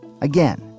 Again